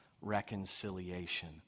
reconciliation